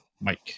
Mike